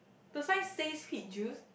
the sign says peach juice